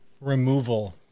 removal